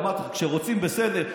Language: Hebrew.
אמרתי לך, כשרוצים, בסדר.